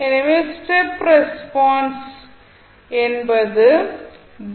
எனவே step response பதில் வினை என்பது டி